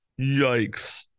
Yikes